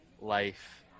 life